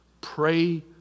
Pray